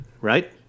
right